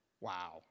Wow